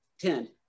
ten